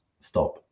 Stop